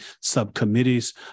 subcommittees